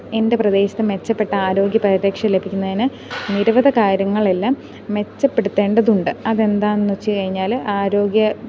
എൻ്റെ പ്രദേശത്ത് മെച്ചപ്പെട്ട ആരോഗ്യ പരിരക്ഷ ലഭിക്കുന്നതിന് നിരവധി കാര്യങ്ങളെല്ലാം മെച്ചപ്പെടുത്തേണ്ടതുണ്ട് അതെന്താണെന്നു വെച്ചു കഴിഞ്ഞാൽ ആരോഗ്യ